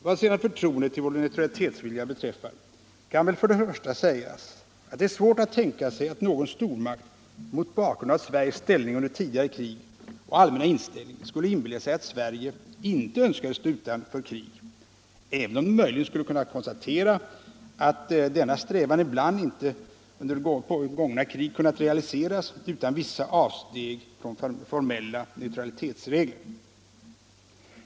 Vad sedan förtroendet till vår neutralitetsvilja beträffar kan väl sägas att det är svårt att tänka sig att någon stormakt mot bakgrunden av Sveriges ställning under tidigare krig och allmänna inställning skulle inbilla sig att Sverige inte önskade stå utanför krig, även om man möjligen skulle kunna konstatera att denna strävan ibland under gångna krig inte kunnat realiseras utan vissa avsteg från formella neutralitetsregler.